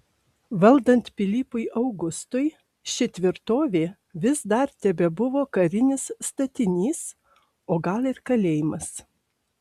valdant pilypui augustui ši tvirtovė vis dar tebebuvo karinis statinys o gal ir kalėjimas